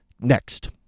next